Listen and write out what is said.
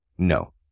No